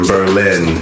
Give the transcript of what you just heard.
Berlin